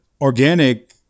organic